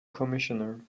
commissioner